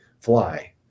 fly